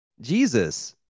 Jesus